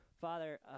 Father